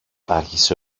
άρχισε